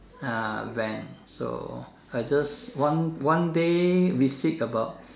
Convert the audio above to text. uh van so I just one one day we seek about